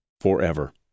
forever